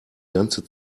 ganze